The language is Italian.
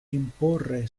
imporre